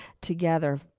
Together